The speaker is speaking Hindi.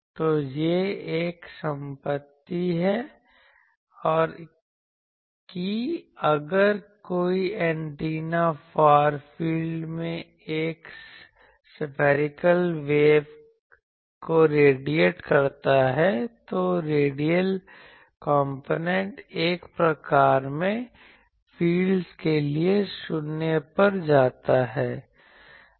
तो यह एक संपत्ति है कि अगर कोई एंटीना फार फील्ड में एक सफैरीकल वेव को रेडिएट करता है तो रेडियल कॉम्पोनेंट 1 प्रकार के फ़ील्ड्स के लिए 0 पर जाता है